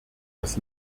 das